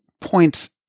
points